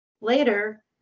Later